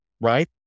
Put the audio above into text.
right